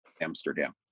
Amsterdam